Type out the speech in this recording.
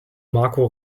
marco